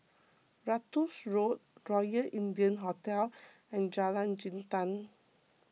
Ratus Road Royal India Hotel and Jalan Jintan